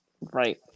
Right